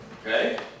Okay